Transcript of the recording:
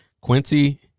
Quincy